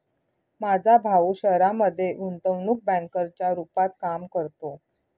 माझा भाऊ शहरामध्ये गुंतवणूक बँकर च्या रूपात काम करतो